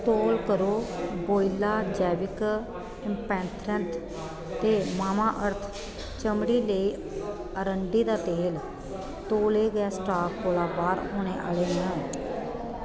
तौल करो वोइला जैविक इंपैंथरथ ते मामा अर्थ चमड़ी लेई अरंडी दा तेल तौले गै स्टाक कोला बाह्र होने आह्ले न